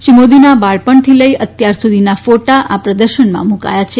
શ્રી મોદીના બાળપક્ષથી લઇ અત્યારસુધીના કોટો પ્રદર્શનમાં મૂકાયા છે